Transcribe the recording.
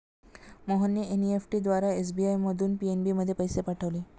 मोहनने एन.ई.एफ.टी द्वारा एस.बी.आय मधून पी.एन.बी मध्ये पैसे पाठवले